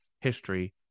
history